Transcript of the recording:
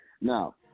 Now